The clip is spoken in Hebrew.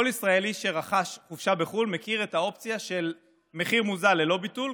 כל ישראלי שרכש חופשה בחו"ל מכיר את האופציה של מחיר מוזל ללא ביטול,